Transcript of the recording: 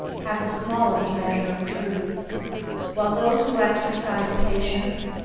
have the smallest measure of truth while those who exercise patience,